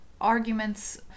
arguments